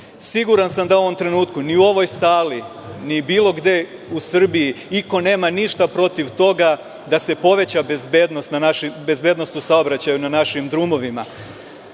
ispit. Siguran sam da u ovom trenutku ni u ovoj sali, ni bilo gde u Srbiji niko nema ništa protiv toga da se poveća bezbednost u saobraćaju na našim drumovima.